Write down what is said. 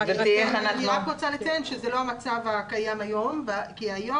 אני רק רוצה לציין שזה לא המצב הקיים היום כי היום